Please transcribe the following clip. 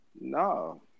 No